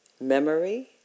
memory